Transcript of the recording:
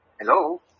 Hello